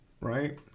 right